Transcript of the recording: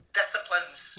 disciplines